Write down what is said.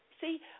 See